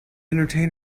entertain